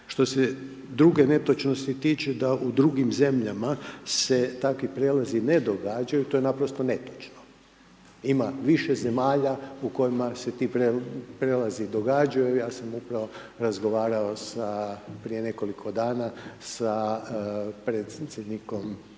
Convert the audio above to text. Što se druge netočnosti tiče da u drugim zemljama se takvi prijelazi ne događaju, to je naprosto netočno, ima više zemalja u kojima se ti prelazi događaju jer ja sam upravo razgovarao sa, prije nekoliko dana sa predsjednikom